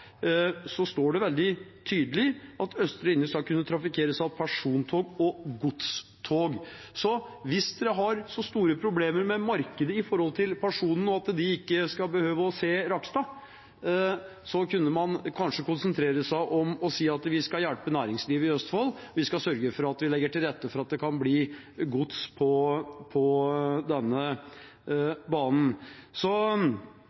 står det veldig tydelig at østre linje skal kunne trafikkeres av persontog og godstog . Hvis man har så store problemer med markedet når det gjelder personene og at de ikke skal behøve å se Rakkestad, kunne man kanskje konsentrere seg om å si at man skal hjelpe næringslivet i Østfold og sørge for å legge til rette for at det kan bli gods på denne